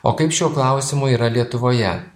o kaip šiuo klausimu yra lietuvoje